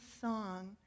song